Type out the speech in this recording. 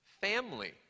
family